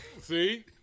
See